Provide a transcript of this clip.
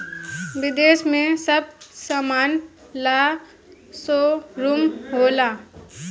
विदेश में सब समान ला शोरूम होला